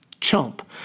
chump